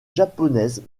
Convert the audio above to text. japonaise